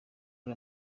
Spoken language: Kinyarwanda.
ari